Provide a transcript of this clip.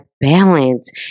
balance